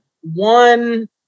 one